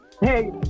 Hey